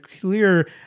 clear